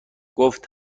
گفت